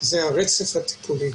זה הרצף הטיפולי.